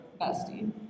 Bestie